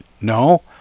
No